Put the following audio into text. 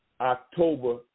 October